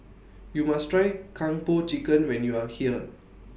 YOU must Try Kung Po Chicken when YOU Are here